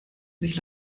sich